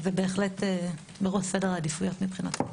זה בהחלט בראש סדר העדיפויות מבחינתנו.